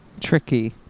tricky